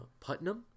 Putnam